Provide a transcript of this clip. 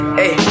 hey